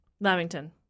Lamington